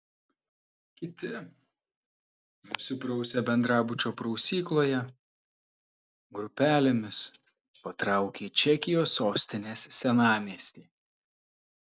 kiti nusiprausę bendrabučio prausykloje grupelėmis patraukė į čekijos sostinės senamiestį